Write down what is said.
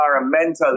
environmental